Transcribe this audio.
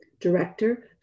Director